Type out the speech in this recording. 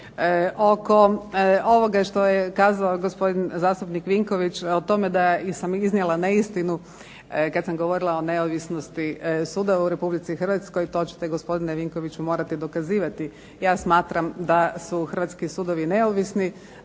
oko ovoga što je kazao gospodin zastupnik Vinković o tome da sam iznijela neistinu kad sam govorila o neovisnosti sudova u RH. To ćete gospodine Vinkoviću morati dokazivati, ja smatram da su hrvatski sudovi neovisni